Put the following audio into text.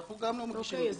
אנחנו גם לא מגישים נגדו.